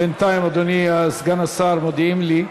בינתיים, אדוני סגן השר, מודיעים לי,